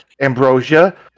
Ambrosia